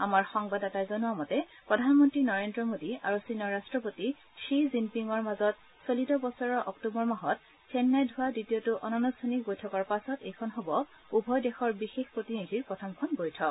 আমাৰ সংবাদদাতাই জনোৱা মতে প্ৰধানমন্ত্ৰী নৰেন্দ্ৰ মোদী আৰু চীনৰ ৰাষ্ট্ৰপতি ধি জিনপিঙৰ মাজত চলিত বছৰৰ অক্টোবৰ মাহত চেন্নাইত হোৱা দ্বিতীয়টো অনানুষ্ঠানিক বৈঠকৰ পাছত এইখন হ'ব উভয় দেশৰ বিশেষ প্ৰতিনিধিৰ প্ৰথমখন বৈঠক